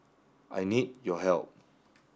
I need your help